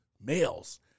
males